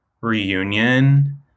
reunion